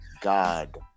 God